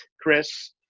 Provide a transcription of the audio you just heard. Chris